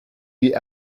die